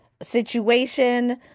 situation